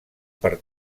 per